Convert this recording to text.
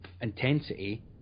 intensity